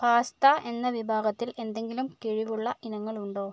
pasta എന്ന വിഭാഗത്തിൽ എന്തെങ്കിലും കിഴിവുള്ള ഇനങ്ങൾ ഉണ്ടോ